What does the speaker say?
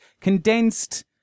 condensed